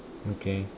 okay